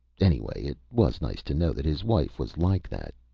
anyway it was nice to know that his wife was like that.